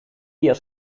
jas